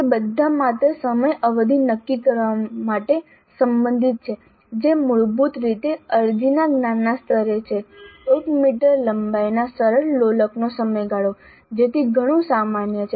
તે બધા માત્ર સમય અવધિ નક્કી કરવા સાથે સંબંધિત છે જે મૂળભૂત રીતે અરજીના જ્ઞાનના સ્તરે છે 1 મીટર લંબાઈના સરળ લોલકનો સમયગાળો જેથી ઘણું સામાન્ય છે